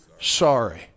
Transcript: sorry